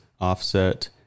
offset